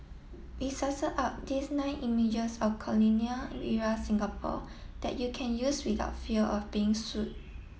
we sussed out these nine images of colonial era Singapore that you can use without fear of being sued